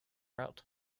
route